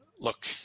Look